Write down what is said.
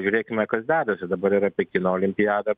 žiūrėkime kas dedasi dabar yra pekino olimpiada